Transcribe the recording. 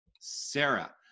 Sarah